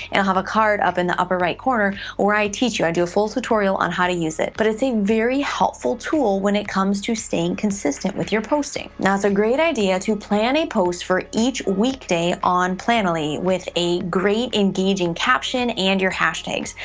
and i'll have a card up in the upper right corner where i teach you. i do a full tutorial on how to use it, but it's a very helpful tool when it comes to staying consistent with your posting. now, it's a great idea to plan a post for each weekday on planoly with a great, engaging caption and your hashtags,